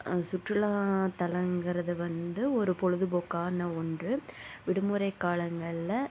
சுற்றுலா தலங்கிறது வந்து ஒரு பொழுது போக்கான ஒன்று விடுமுறை காலங்களில்